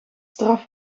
straf